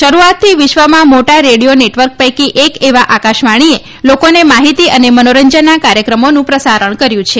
શરૂઆતથી વિશ્વમાં મોટા રેડિયો નેટવર્ક પૈકી એક એવા આકાશવાણીએ લોકોને માહિતી અને મનોરંજનના કાર્યક્રમોનું પ્રસારણ કર્યું છે